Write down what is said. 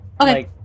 Okay